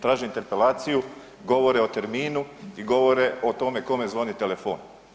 Traže interpelaciju, govore o terminu i govore o tome kome zvoni telefon.